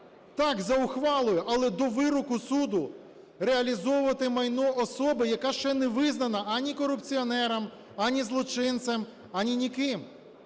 так, за ухвалою, але до вироку суду, реалізовувати майно особи, яка ще не визнана ані корупціонером, ані злочинцем, ані ніким.